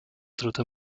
dritte